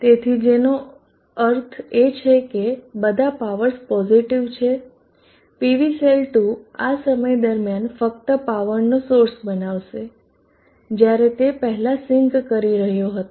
તેથી જેનો અર્થ એ છે કે બધા પાવર્સ પોઝીટીવ છે PVસેલ 2 આ સમય દરમિયાન ફક્ત પાવરનો સોર્સ બનાવશે જ્યારે તે પહેલાં સિંક કરી રહ્યો હતો